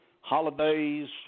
holidays